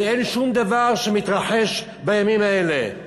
ואין שום דבר שמתרחש בימים האלה.